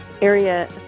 area